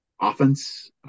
offense